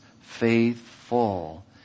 faithful